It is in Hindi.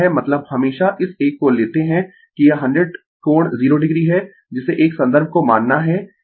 मतलब हमेशा इस एक को लेते है कि यह 100 कोण 0 o है जिसे एक संदर्भ को मानना है